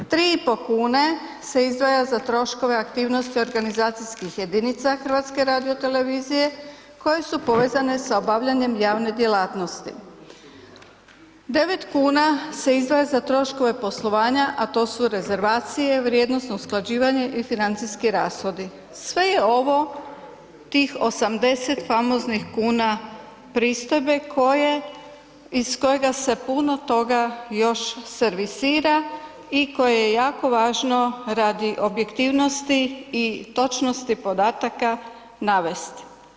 3,5 kune se izdvaja za troškove aktivnosti organizacijskih jedinica HRT-a koje su povezane za obavljanjem javne djelatnosti, 9 kuna se izdvaja za troškove poslovanja, a to su rezervacije, vrijednosno usklađivanje i financijski rashodi sve je ovo tih 80 famoznih kuna pristojbe iz kojega se puno toga još servisira i koje je jako važno radi objektivnosti i točnosti podataka navesti.